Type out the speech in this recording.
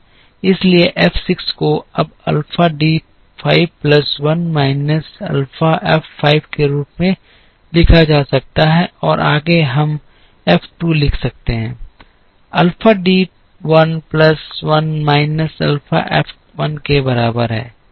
इसलिए एफ 6 को अब alpha D 5 plus 1 minus alpha F 5 के रूप में लिखा जाएगा और आगे हम एफ 2 लिख सकते हैं alpha D 1 plus 1 minus alpha F 1 के बराबर है